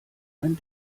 ein